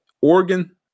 Oregon